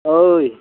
ओइ